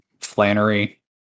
flannery